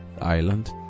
island